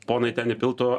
ponai ten įpiltų